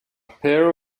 pair